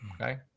okay